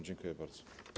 Dziękuję bardzo.